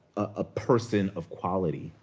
a person of quality,